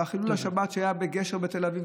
וחילול השבת שהיה בגשר בתל אביב,